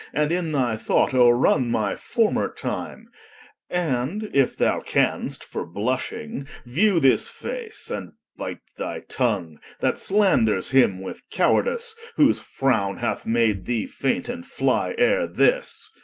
and in thy thought ore-run my former time and if thou canst, for blushing, view this face, and bite thy tongue, that slanders him with cowardice, whose frowne hath made thee faint and flye ere this